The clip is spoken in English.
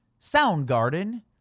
Soundgarden